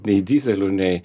nei dyzelių nei